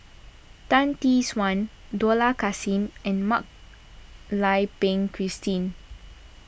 Tan Tee Suan Dollah Kassim and Mak Lai Peng Christine